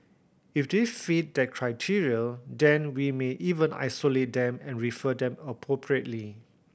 if they fit that criteria then we may even isolate them and refer them appropriately